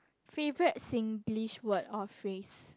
favourite Singlish word or phrase